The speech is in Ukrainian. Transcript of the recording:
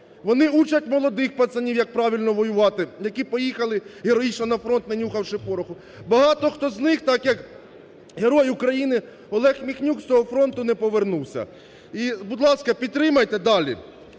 Вони учать молодих пацанів, як правильно воювати, які поїхали героїчно на фронт, не нюхавши пороху. Багато хто з них так, як Герой України Олег Міхнюк, з того фронту не повернувся. І, будь ласка, підтримайте. Далі.